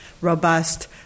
robust